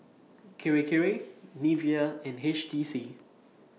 Kirei Kirei Nivea and H T C